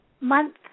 month